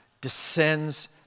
descends